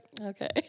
okay